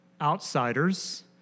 outsiders